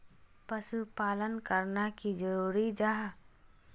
पशुपालन करना की जरूरी जाहा?